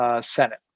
Senate